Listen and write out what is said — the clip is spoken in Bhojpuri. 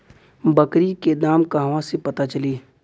बकरी के दाम कहवा से पता चली?